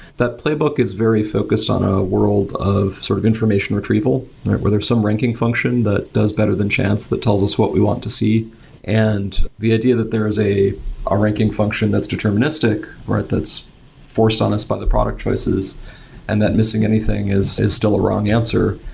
that playbook is very focused on a world of sort of information retrieval or whether some ranking function that does better than chance that tells us what we want to see and the idea that there is a ah ranking function that's deterministic that's forced on us by the product choices and that missing anything is is still a wrong answer.